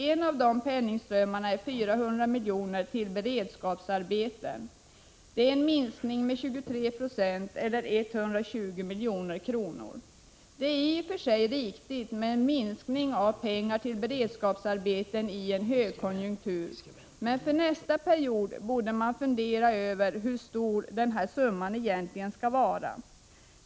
En av de penningströmmarna är de 400 miljoner regeringen anslår till beredskapsarbeten. Det är en minskning med 23 96 eller 120 milj.kr. Det är i och för sig riktigt att i en högkonjunktur minska pengarna till beredskapsarbeten, men för nästa period borde man fundera över hur stor den här summan egentligen skall vara.